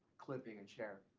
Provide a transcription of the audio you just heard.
clipping and sharing?